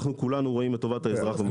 אנחנו כולנו רואים את טובת האזרח.